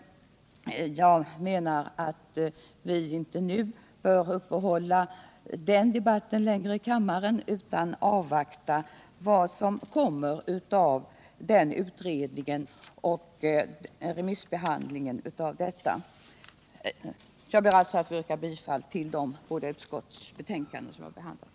Jag menar alltså att vi inte bör fortsätta den debatten längre i kammaren, utan i stället avvakta vad resultatet blir av utredningen och remissbehandlingen. Jag ber alltså att få yrka bifall till vad utskotten hemställt i de betänkanden vi nu har behandlat.